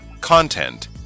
Content